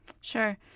Sure